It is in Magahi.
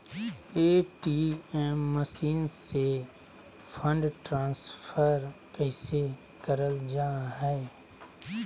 ए.टी.एम मसीन से फंड ट्रांसफर कैसे करल जा है?